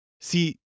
See